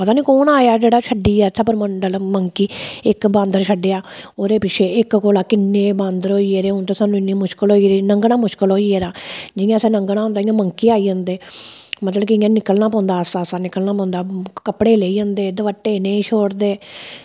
पता निं केह्ड़ा आये दा जेह्ड़ा छड्डी गेआ परमंडल मंकी इक्क बांदर छड्डेआ इक्क कोला किन्ने बांदर छड्डे हून ते सानूं इन्नी मुशकल होई गेदी की लंग्गना मुशकल होई गेदा जियां असें लंग्गना होंदा मंकी आई जंदे मतलब की में निकलना होंदा आस्तै आस्तै निकली जंदे कपड़े लेई जंदे दपट्टे नेईं छोड़दे